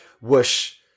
wish